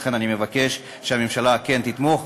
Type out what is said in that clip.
ולכן אני מבקש שהממשלה כן תתמוך.